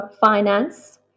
finance